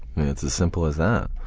it's as simple as that,